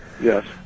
Yes